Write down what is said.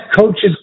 coaches